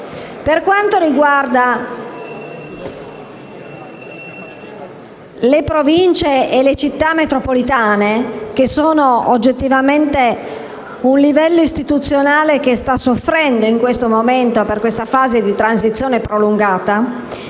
Per quanto riguarda le Province e le Città metropolitane, che sono oggettivamente un livello istituzionale che in questo momento sta soffrendo, per questa fase di transizione prolungata,